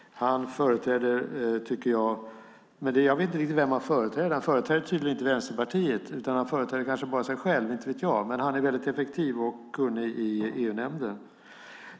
Men jag vet ju inte riktigt vem Jonas Sjöstedt företräder. Han företräder tydligen inte Vänsterpartiet, utan han kanske bara företräder sig själv, vad vet jag, men han är väldigt effektiv och kunnig i EU-nämnden.